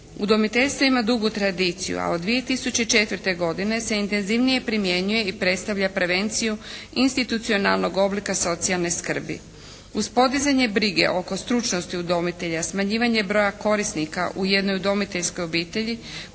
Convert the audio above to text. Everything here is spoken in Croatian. Udomiteljstvo ima dugu tradiciju, a od 2004. godine se intenzivnije primjenjuje i predstavlja prevenciju institucionalnog oblika socijalne skrbi. Uz podizanje brige oko stručnosti udomitelja, smanjivanje broja korisnika u jednoj udomiteljskoj obitelji,